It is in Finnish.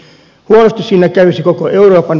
huonosti siinä kävisi koko euroopan